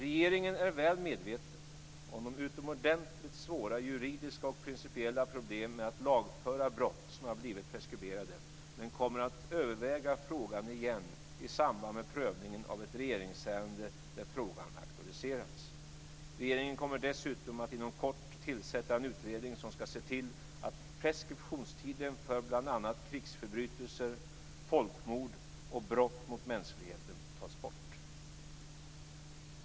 Regeringen är väl medveten om de utomordentligt svåra juridiska och principiella problemen med att lagföra brott som har blivit preskriberade, men kommer att överväga frågan igen i samband med prövningen av ett regeringsärende där frågan har aktualiserats. Regeringen kommer dessutom att inom kort tillsätta en utredning som ska se till att preskriptionstiden för bl.a. krigsförbrytelser, folkmord och brott mot mänskligheten tas bort.